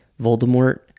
Voldemort